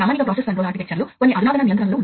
కాబట్టి అవి చాలా పెద్ద కర్మాగారాలు